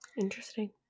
Interesting